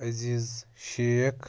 Aziz Sheikh